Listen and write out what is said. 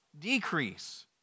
decrease